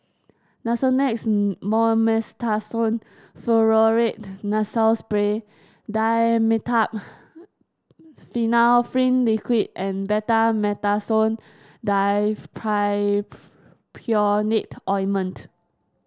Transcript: Nasonex Mometasone Furoate Nasal Spray Dimetapp Phenylephrine Liquid and Betamethasone Dipropionate Ointment